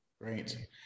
great